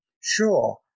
sure